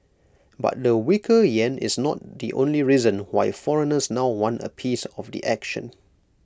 but the weaker Yen is not the only reason why foreigners now want A piece of the action